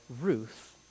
Ruth